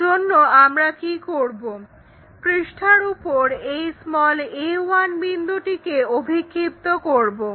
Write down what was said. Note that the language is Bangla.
এই জন্য আমরা কি করব পৃষ্ঠার উপর এই a1 বিন্দুটিকে অভিক্ষিপ্ত করব